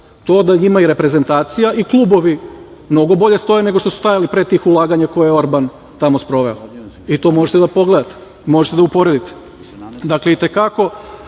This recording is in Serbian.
to da njima i reprezentacija i klubovi mnogo bolje stoje nego što su stajali pre ulaganja koje je Orban tamo sproveo i to možete da pogledate. Možete da uporedite. Dakle, i te kako